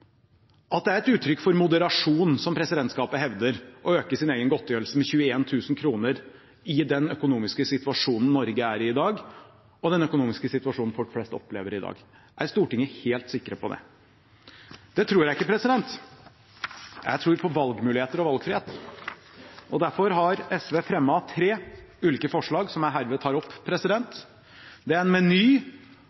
at det er et uttrykk for moderasjon, som presidentskapet hevder, å øke sin egen godtgjørelse med 21 000 kr i den økonomiske situasjonen Norge er i i dag, og i den økonomiske situasjonen folk flest opplever i dag? Er Stortinget helt sikre på det? Det tror jeg ikke. Jeg tror på valgmuligheter og valgfrihet. Derfor har SV fremmet tre ulike forslag, som jeg herved tar opp.